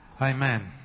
Amen